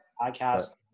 podcast